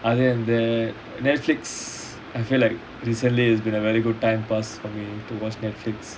other than netflix I feel like recently has been a very good time pass for me to watch netflix